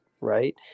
right